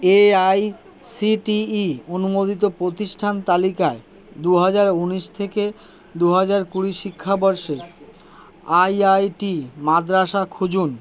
AICTE অনুমোদিত প্রতিষ্ঠান তালিকায় দু হাজার ঊনিশ থেকে দু হাজার কুড়ি শিক্ষাবর্ষে আইআইটি মাদ্রাসা খুঁজুন